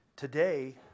Today